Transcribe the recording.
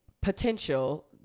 potential